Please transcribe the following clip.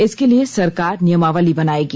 इसके लिए सरकार नियमावली बनायेगी